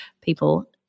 people